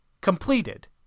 completed